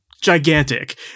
Gigantic